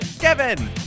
Kevin